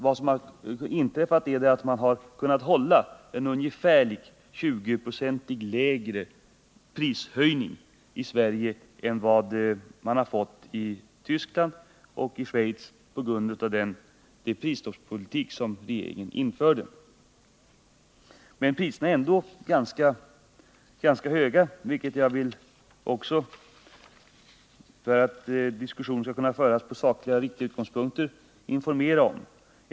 Vad som inträffat i Sverige är att vi kunnat hålla prishöjningen ungefär 20 procentenheter lägre än i Tyskland och Schweiz, på grund av den prisstoppspolitik som regeringen införde. Men priserna är ändå ganska höga, vilket jag också — för att diskussionen skall kunna föras med sakligt riktiga utgångspunkter — vill informera om.